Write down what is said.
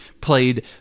played